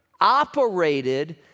operated